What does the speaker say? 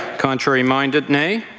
contrary minded, nay.